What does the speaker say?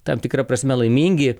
tam tikra prasme laimingi